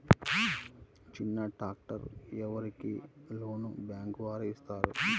చిన్న ట్రాక్టర్ ఎవరికి లోన్గా బ్యాంక్ వారు ఇస్తారు?